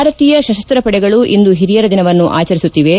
ಭಾರತೀಯ ಸಶಸ್ತ್ವಪಡೆಗಳು ಇಂದು ಹಿರಿಯರ ದಿನವನ್ನು ಆಚರಿಸುತ್ತಿವೆ